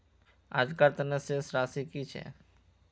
आजकार तने शेष राशि कि छे?